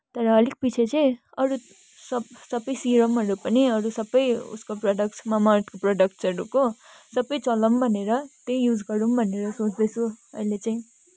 तर अलिक पछि चाहिँ अरू सब सबै सिरमहरू पनि अरू सबै उसको प्रोडक्ट्स मामाअर्थको प्रोडक्टसहरूको सबै चलाउँ भनेर त्यही युज गरौँ भनेर सोच्दैछु अहिले चाहिँ